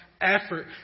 effort